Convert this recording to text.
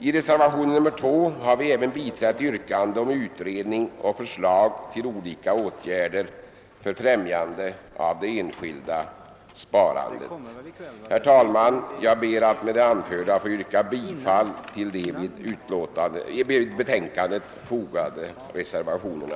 I reservationen II har vi även biträtt ett yrkande om utredning och förslag till olika åtgärder för främjande av det enskilda sparandet. Herr talman! Jag ber att med det anförda få yrka bifall till de vid bevillningsutskottets betänkande fogade reservationerna.